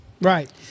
Right